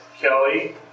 Kelly